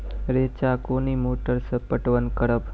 रेचा कोनी मोटर सऽ पटवन करव?